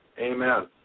Amen